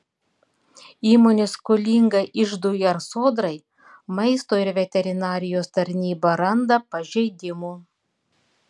įmonė skolinga iždui ar sodrai maisto ir veterinarijos tarnyba randa pažeidimų